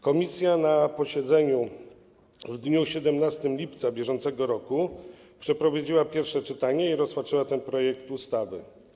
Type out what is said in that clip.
Komisja na posiedzeniu w dniu 17 lipca br. przeprowadziła pierwsze czytanie i rozpatrzyła ten projekt ustawy.